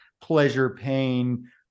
pleasure-pain